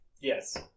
Yes